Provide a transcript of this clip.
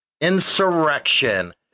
insurrection